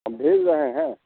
हम भेज रहे हैं